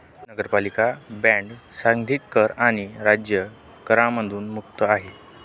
नगरपालिका बॉण्ड सांघिक कर आणि राज्य करांमधून मुक्त आहे